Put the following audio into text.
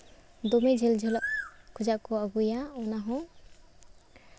ᱫᱚᱢᱮ ᱡᱷᱟᱹᱞ ᱡᱷᱟᱹᱞ ᱠᱷᱚᱡᱟᱜ ᱠᱚ ᱟᱹᱜᱩᱭᱟ ᱚᱱᱟ ᱦᱚᱸ